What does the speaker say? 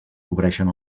cobreixen